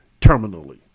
terminally